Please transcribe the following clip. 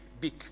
big